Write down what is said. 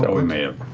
but we may have.